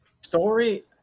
story